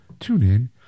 TuneIn